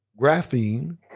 graphene